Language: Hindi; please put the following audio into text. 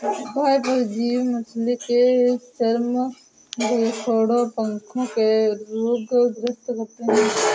बाह्य परजीवी मछली के चर्म, गलफडों, पंखों आदि के रोग ग्रस्त करते है